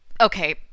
Okay